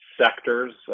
sectors